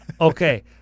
Okay